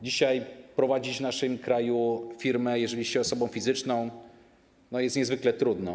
Dzisiaj prowadzić w naszym kraju firmę, jeżeli jest się osobą fizyczną, jest niezwykle trudno.